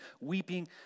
weeping